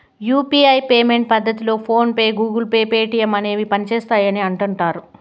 UPI payment పద్దతిలో PhonePe, Google Pay, Paytm అనేవి పనిసేస్తిండాయని అంటుడారు